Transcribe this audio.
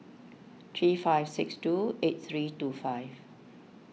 three five six two eight three two five